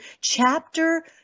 chapter